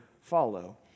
follow